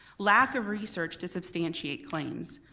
lack of research to substantiate claims,